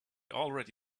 already